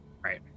Right